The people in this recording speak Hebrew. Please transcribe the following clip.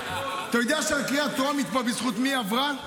אתה יודע שהקריאה הטרומית פה, בזכות מי היא עברה?